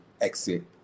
exit